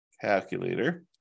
Calculator